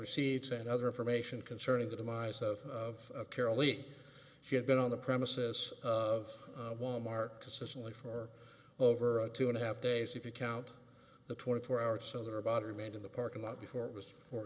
receipts and other information concerning the demise of karalee she had been on the premises of wal mart consistently for over a two and a half days if you count the twenty four hours so there are about remained in the parking lot before